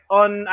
on